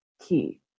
key